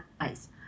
nice